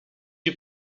you